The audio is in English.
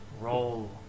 Roll